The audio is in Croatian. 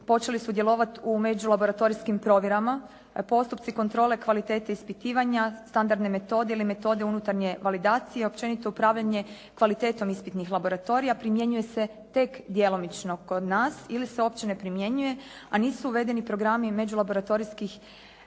počeli sudjelovati u međulaboratorijskim provjerama. Postupci kontrole kvalitete ispitivanja, standardne metode ili metode unutarnje validacije i općenito upravljanje kvalitetom ispitnih laboratorija primjenjuje se tek djelomično kod nas ili se uopće ne primjenjuje a nisu uvedeni programi međulaboratorijskih